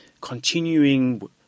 continuing